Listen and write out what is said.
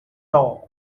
though